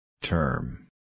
Term